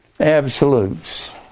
absolutes